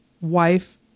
wife